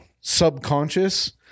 subconscious